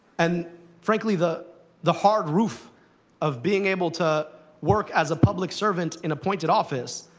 and frankly, the the hard roof of being able to work as a public servant in appointed office,